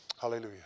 Hallelujah